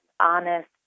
honest